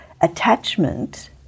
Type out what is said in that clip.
attachment